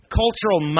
cultural